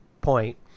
point